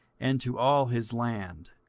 and to all his land,